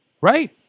Right